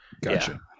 Gotcha